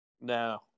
No